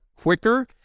quicker